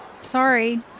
sorry